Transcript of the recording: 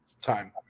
time